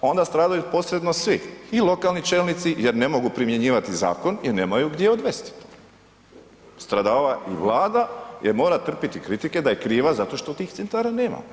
Onda stradaju posredno svi, i lokalni čelnici jer ne mogu primjenjivati zakon i nemaju gdje odvesti, stradava i Vlada jer mora trpiti kritike da je kriva zato što tih centara nemamo.